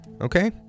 Okay